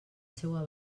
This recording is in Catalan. seua